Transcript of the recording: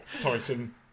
Titan